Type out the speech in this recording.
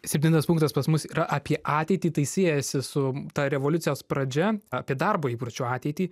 septintas punktas pas mus yra apie ateitį tai siejasi su ta revoliucijos pradžia apie darbo įpročio ateitį